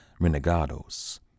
renegados